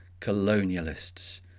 colonialists